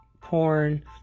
porn